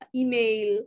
email